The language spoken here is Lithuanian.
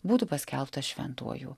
būtų paskelbtas šventuoju